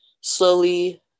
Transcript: slowly